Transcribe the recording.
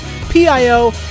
PIO